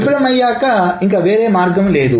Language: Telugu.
విఫలమయ్యాక ఇంక వేరే మార్గం లేదు